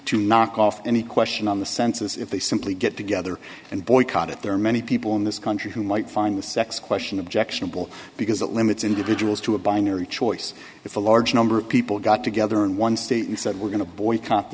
to knock off any question on the census if they simply get together and boycott it there are many people in this country who might find the sex question objectionable because it limits individuals to a binary choice if a large number of people got together in one state and said we're going to boycott the